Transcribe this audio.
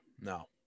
no